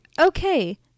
okay